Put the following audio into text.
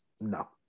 No